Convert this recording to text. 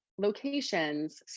Locations